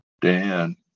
Dan